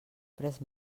pres